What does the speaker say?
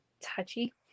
touchy